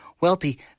Wealthy